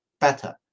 better